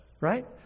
right